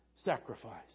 sacrifice